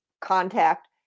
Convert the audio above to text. contact